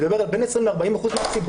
הוא מדבר על בין 20% ל-40% מהציבור,